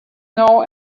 know